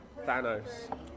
Thanos